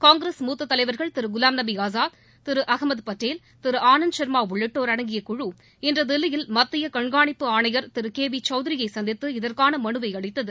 காங்கிரஸ் மூத்த தலைவர்கள் திரு குலாம்நபி ஆஸாத் திரு அகமது படேல் திரு ஆனந்த் சர்மா உள்ளிட்டோர் அடங்கிய குழு இன்று தில்லியில் மத்திய கண்காணிப்பு ஆணையர் திரு கே வி சௌத்திரியை சந்தித்து இதற்கான மனுவை அளித்தது